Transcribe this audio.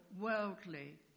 worldly